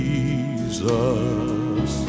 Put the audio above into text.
Jesus